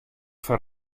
foar